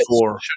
four